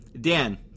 Dan